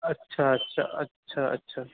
আচ্ছা আচ্ছা আচ্ছা আচ্ছা